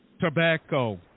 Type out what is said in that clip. tobacco